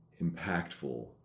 impactful